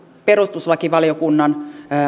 perustuslakivaliokunnan